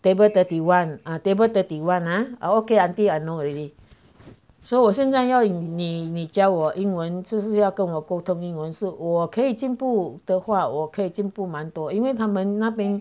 table thirty one table thirty one ah okay auntie I know already so 我现在要你你教我英文就是要跟我沟通英文是我可以进步的话我可以进步蛮多因为他们那边